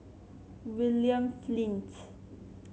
William Flint